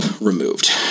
removed